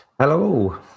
Hello